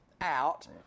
out